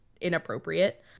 inappropriate